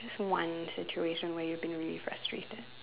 one situation where you've been really frustrated